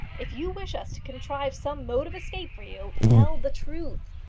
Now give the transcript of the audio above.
if you wish us to contrive some mode of escape for you, tell the truth.